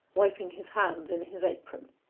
wiping his hands in his apron.